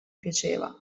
piaceva